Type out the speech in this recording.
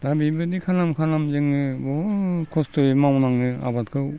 दा बिबायदि खालामै खालामै जोङो बहुत खस्थ'यै मावनाङो आबादखौ